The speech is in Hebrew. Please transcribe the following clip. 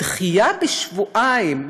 דחייה בשבועיים.